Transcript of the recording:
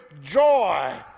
joy